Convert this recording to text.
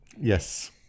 Yes